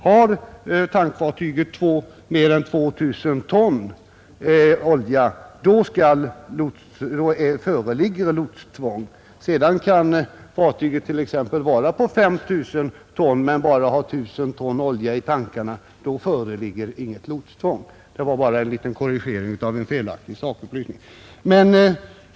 Har ett tankfartyg mer än 2 000 ton olja, då föreligger lotstvång. Sedan kan fartyget t.ex. vara på 5 000 ton men bara ha I 000 ton olja i tankarna, och då föreligger inget lotstvång. Det var bara en korrigering av en felaktig sakupplysning.